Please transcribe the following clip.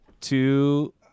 two